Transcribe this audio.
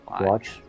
watch